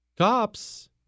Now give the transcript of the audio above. Cops